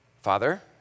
Father